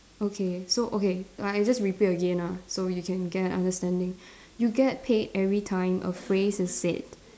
okay so okay like I just repeat again ah so you can get an understanding you get paid every time a phrase is said